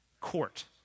court